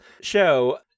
show